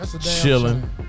chilling